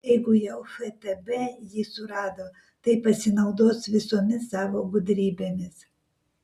jeigu jau ftb jį surado tai pasinaudos visomis savo gudrybėmis